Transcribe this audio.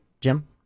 Jim